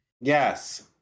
Yes